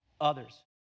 others